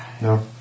No